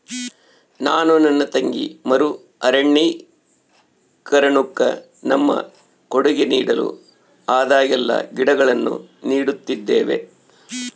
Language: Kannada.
ನಾನು ನನ್ನ ತಂಗಿ ಮರು ಅರಣ್ಯೀಕರಣುಕ್ಕ ನಮ್ಮ ಕೊಡುಗೆ ನೀಡಲು ಆದಾಗೆಲ್ಲ ಗಿಡಗಳನ್ನು ನೀಡುತ್ತಿದ್ದೇವೆ